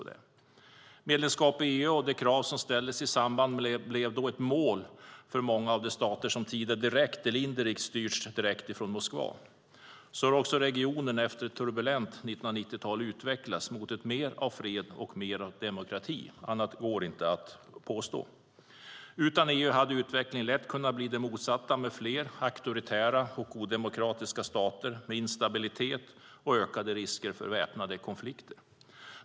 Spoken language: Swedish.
De krav som ställdes för medlemskap i EU blev ett mål för många av de stater som tidigare direkt eller indirekt styrdes från Moskva. Så har också regionen efter ett turbulent 1990-tal utvecklats mot mer av fred och demokrati. Annat går inte att påstå. Utan EU hade utvecklingen lätt blivit den motsatta med fler auktoritära och odemokratiska stater, instabilitet och ökad risk för väpnade konflikter.